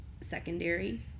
secondary